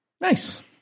Nice